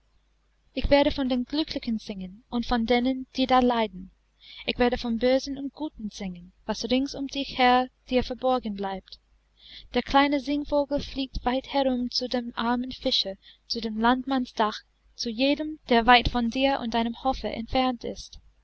ich werde von den glücklichen singen und von denen die da leiden ich werde vom bösen und guten singen was rings um dich her dir verborgen bleibt der kleine singvogel fliegt weit herum zu dem armen fischer zu des landmanns dach zu jedem der weit von dir und deinem hofe entfernt ist